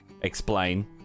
Explain